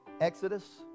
Exodus